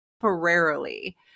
temporarily